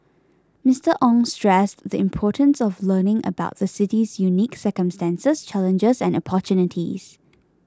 Mister Ong stressed the importance of learning about the city's unique circumstances challenges and opportunities